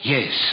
Yes